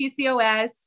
PCOS